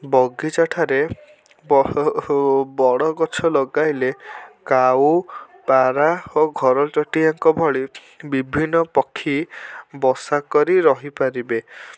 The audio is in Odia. ବଗିଚାଠାରେ ବଡ଼ଗଛ ଲଗାଇଲେ କାଉ ପାରା ଓ ଘରଚଟିଆଙ୍କ ଭଳି ବିଭିନ୍ନ ପକ୍ଷୀ ବସାକରି ରହିପାରିବେ